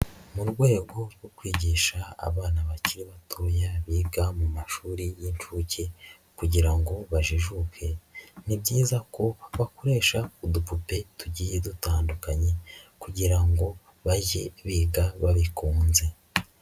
Mu rwego rwo kwigisha abana bakiri batoya biga mu mashuri y'inshuke kugira ngo bajijuke, ni byiza ko bakoresha udupupe tugiye dutandukanye kugira ngo bajye biga babikunze.